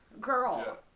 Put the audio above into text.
girl